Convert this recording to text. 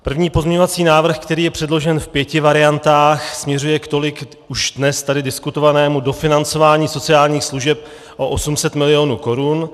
První pozměňovací návrh, který je předložen v pěti variantách, směřuje k tolik už dnes tady diskutovanému dofinancování sociálních služeb o 800 mil. korun.